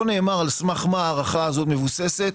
לא נאמר על סמך מה ההערכה הזו מבוססת.